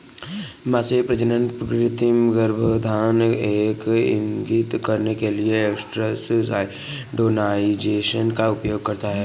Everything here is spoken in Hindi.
मवेशी प्रजनन कृत्रिम गर्भाधान यह इंगित करने के लिए एस्ट्रस सिंक्रोनाइज़ेशन का उपयोग करता है